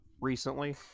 recently